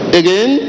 again